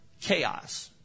Chaos